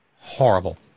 horrible